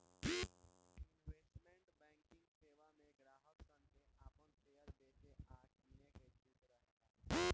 investment banking सेवा में ग्राहक सन के आपन शेयर बेचे आ किने के छूट होला